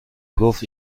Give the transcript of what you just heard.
گفت